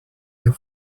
your